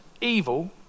evil